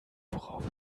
worauf